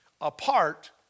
apart